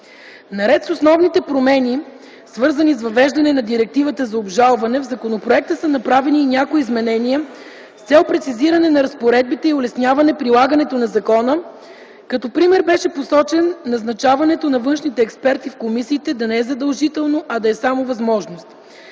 Наред с основните промени, свързани с въвеждане на директивата за обжалване, в законопроекта са направени и някои изменения с цел прецизиране на разпоредбите и улесняване прилагането на закона. Като пример беше посочено назначаването на външните експерти в комисиите да не е задължително, а да е само възможност.